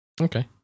Okay